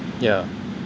yeah